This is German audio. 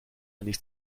nicht